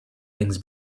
things